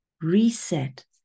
Reset